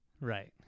Right